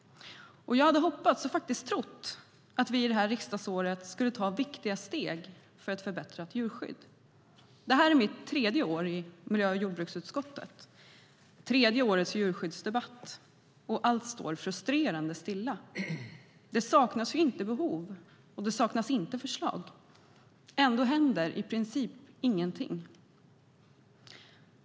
Jag hade hoppats och faktiskt trott att vi under detta riksdagsår skulle ta viktiga steg för ett förbättrat djurskydd. Detta är mitt tredje år i miljö och jordbruksutskottet och tredje årets djurskyddsdebatt. Och allt står frustrerande stilla. Det saknas inte behov, och det saknas inte förslag. Ändå händer i princip ingenting.